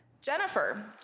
Jennifer